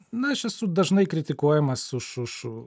na aš esu dažnai kritikuojamas už už